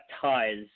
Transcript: ties